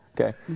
Okay